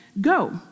Go